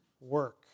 work